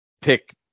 pick